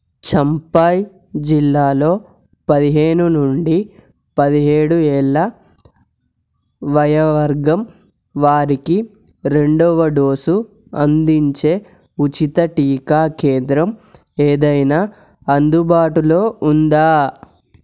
చంపాయ్ జిల్లాలో పదిహేను నుండి పదిహేడు ఏళ్ళ వయోవర్గం వారికి రెండవ డోసు అందించే ఉచిత టీకా కేంద్రం ఏదైనా అందుబాటులో ఉందా